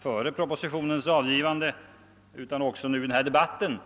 före propositionens utskottsbehandling utan också under den här debatten.